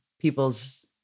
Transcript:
people's